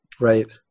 Right